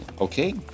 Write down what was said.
okay